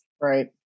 right